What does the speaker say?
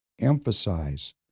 emphasize